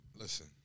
listen